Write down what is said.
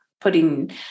putting